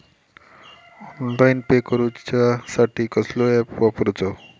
Online pay करूचा साठी कसलो ऍप वापरूचो?